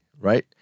right